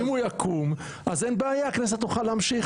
אם הוא יקום, אין בעיה, הכנסת תוכל להמשיך.